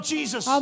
Jesus